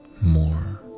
more